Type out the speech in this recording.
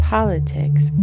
Politics